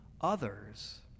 others